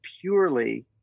purely